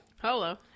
hello